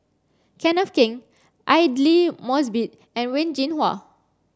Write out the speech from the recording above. Kenneth Keng Aidli Mosbit and Wen Jinhua